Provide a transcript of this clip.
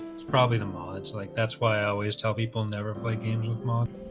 it's probably the mileage like that's why i always tell people never play games with martin.